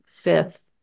fifth